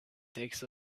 takes